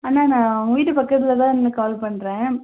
அண்ணா நான் உங்கள் வீட்டு பக்கத்தில் தான் நின்று கால் பண்ணுறேன்